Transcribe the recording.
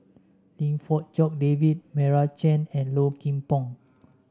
Lim Fong Jock David Meira Chand and Low Kim Pong